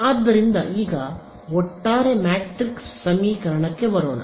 ಆದ್ದರಿಂದ ಈಗ ಒಟ್ಟಾರೆ ಮ್ಯಾಟ್ರಿಕ್ಸ್ ಸಮೀಕರಣಕ್ಕೆ ಬರೋಣ